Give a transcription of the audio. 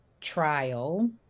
trial